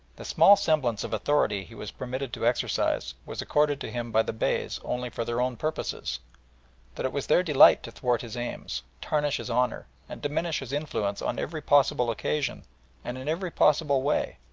the small semblance of authority he was permitted to exercise was accorded to him by the beys only for their own purposes that it was their delight to thwart his aims, tarnish his honour, and diminish his influence on every possible occasion and in every possible way,